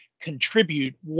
contribute